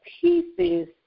pieces